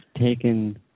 taken